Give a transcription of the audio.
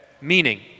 Meaning